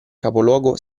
capoluogo